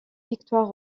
victoires